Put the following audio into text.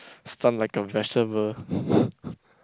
stunned like a vegetable